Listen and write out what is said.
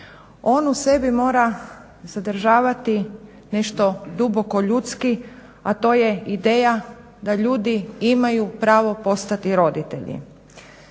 On u sebi mora sadržavati nešto duboko ljudski, a to je ideja da ljudi imaju pravo postati roditelji.